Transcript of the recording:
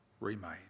remade